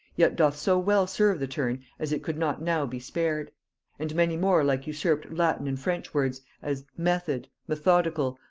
yet doth so well serve the turn as it could not now be spared and many more like usurped latin and french words as, method, methodical,